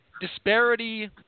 disparity